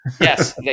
yes